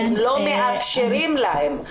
אתם לא מאפשרים להם.